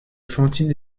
fantine